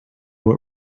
what